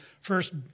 first